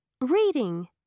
Reading